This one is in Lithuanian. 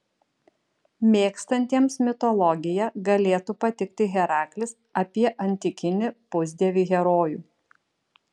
mėgstantiems mitologiją galėtų patikti heraklis apie antikinį pusdievį herojų